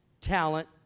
Talent